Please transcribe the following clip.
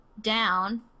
down